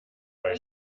bei